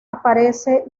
aparece